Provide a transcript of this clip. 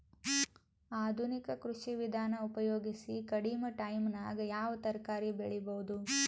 ಆಧುನಿಕ ಕೃಷಿ ವಿಧಾನ ಉಪಯೋಗಿಸಿ ಕಡಿಮ ಟೈಮನಾಗ ಯಾವ ತರಕಾರಿ ಬೆಳಿಬಹುದು?